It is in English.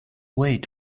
wait